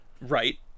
Right